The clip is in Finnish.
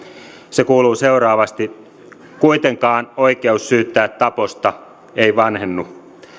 se kuuluu seuraavasti kuitenkaan oikeus syyttää taposta ei vanhennu